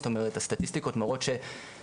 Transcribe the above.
זאת אומרת הסטטיסטיקות מראות שנשים,